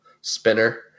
spinner